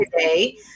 today